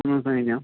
കഴിഞ്ഞോ